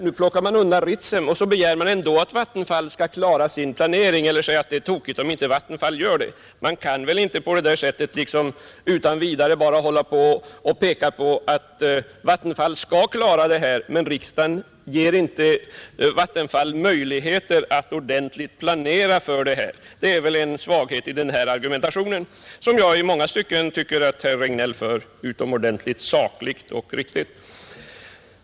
Nu plockar man undan Ritsem, och så begär man ändå att Vattenfall skall klara sin planering och säger att det är tokigt om inte Vattenfall gör det. Man kan väl inte på det sättet utan vidare bara peka på att Vattenfall skall klara detta när riksdagen inte ger Vattenfall möjlighet att ordentligt planera. Det är en svaghet i den argumentation som jag tycker att herr Regnéll i många stycken fört utomordentligt sakligt och riktigt.